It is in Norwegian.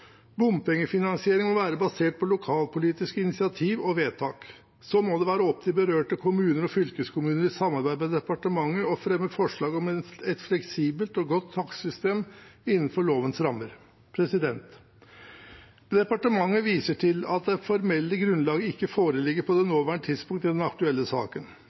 må være basert på lokalpolitiske initiativ og vedtak. Så må det være opp til berørte kommuner og fylkeskommuner, i samarbeid med departementet, å fremme forslag om et fleksibelt og godt takstsystem innenfor lovens rammer. Departementet viser til at det formelle grunnlaget ikke foreligger på det nåværende tidspunkt i den aktuelle saken.